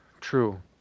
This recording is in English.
true